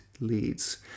leads